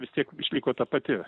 vis tiek išliko ta pati